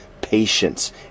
patience